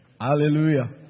Hallelujah